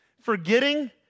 forgetting